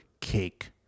cake